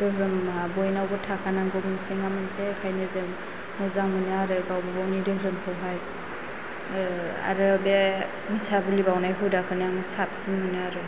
दोहोरोमा बयनावबो थाखानांगौ मोनसे नङा मोनसे ओंखायनो जों मोजां मोनो आरो गावबा गावनि दोहोरोमखौ हाय आरो बे मिसाबुलि बावनाय हुदाखौनो आं साबसिन मोनो आरो